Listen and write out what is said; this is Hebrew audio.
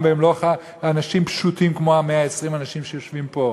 והם לא אנשים פשוטים כמו 120 האנשים שיושבים פה.